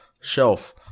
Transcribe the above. shelf